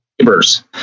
neighbors